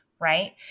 right